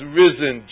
risen